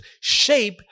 shape